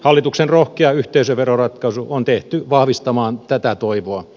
hallituksen rohkea yhteisöveroratkaisu on tehty vahvistamaan tätä toivoa